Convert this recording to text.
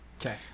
Okay